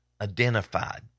identified